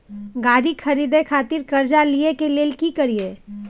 गाड़ी खरीदे खातिर कर्जा लिए के लेल की करिए?